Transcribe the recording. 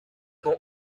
not